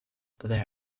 where